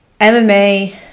MMA